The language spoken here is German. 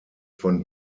von